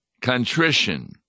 contrition